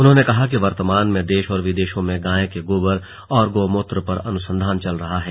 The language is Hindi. उन्होंने कहा कि वर्तमान में देश और विदेशों में गाय के गोबर और गौ मूत्र पर अनुसंधान हो रहे हैं